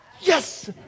Yes